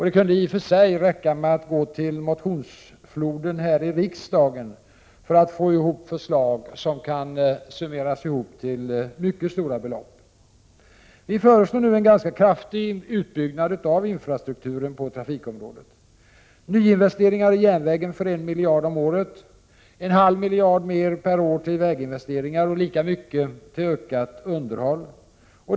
Det kunde i och för sig räcka med att gå till motionsfloden här i riksdagen för att finna förslag som innebär kostnader som kan summeras ihop till mycket stora belopp. Vi föreslår nu en kraftig utbyggnad av infrastrukturen på trafikområdet: nyinvesteringar i järnvägen för en miljard om året, en halv miljard mer om året till väginvesteringar och lika mycket till ökat underhåll.